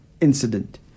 incident